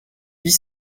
huit